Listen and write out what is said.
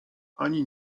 ani